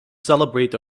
celebrate